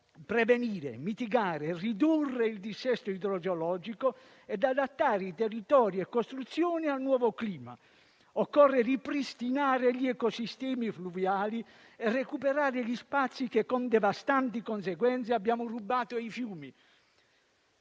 prevenire, mitigare e ridurre il dissesto idrogeologico e adattare i territori e le costruzioni al nuovo clima. Occorre ripristinare gli ecosistemi fluviali e recuperare gli spazi che con devastanti conseguenze abbiamo rubato ai fiumi,